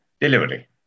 delivery